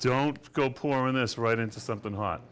don't go pouring this right into something hot